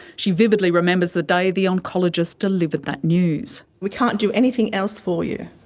she vividly remembers the day the oncologist delivered that news. we can't do anything else for you.